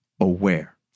aware